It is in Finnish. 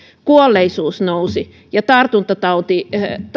kuolleisuus nousi ja tartuntatautien